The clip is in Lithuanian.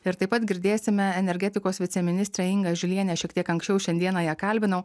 ir taip pat girdėsime energetikos viceministrę ingą žilienę šiek tiek anksčiau šiandieną ją kalbinau